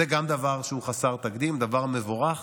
גם זה דבר שהוא חסר תקדים, דבר מבורך